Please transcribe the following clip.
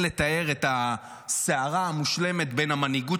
אין לתאר את הסערה המושלמת בין המנהיגות